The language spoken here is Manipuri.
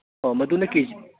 ꯃꯗꯨꯅ ꯀꯦ ꯖꯤ